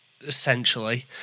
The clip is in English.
essentially